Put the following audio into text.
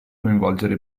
coinvolgere